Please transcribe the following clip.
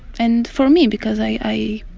and for me, because i,